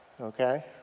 okay